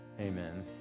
amen